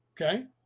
Okay